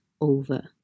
over